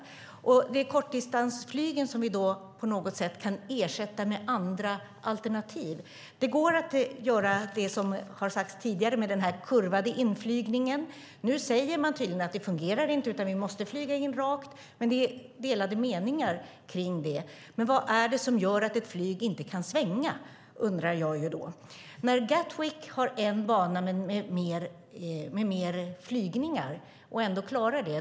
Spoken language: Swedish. Kortdistansflygen kan vi ersätta med alternativ. Man kan, som har sagts tidigare, göra kurvade inflygningar. Nu säger man att det inte fungerar utan att man måste flyga in rakt. Det är delade meningar om det. Vad är det som gör att ett flygplan inte kan svänga, undrar jag. Gatwick har en bana med fler flygningar, och det klarar man.